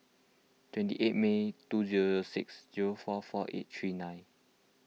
twenty eight May two zero zero six zero four four eight three nine